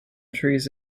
trees